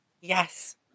Yes